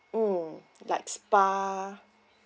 mm like spa